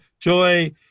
joy